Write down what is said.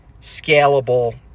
scalable